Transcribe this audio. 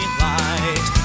light